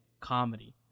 comedy